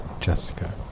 Jessica